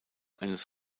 eines